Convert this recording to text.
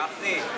גפני,